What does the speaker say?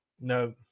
No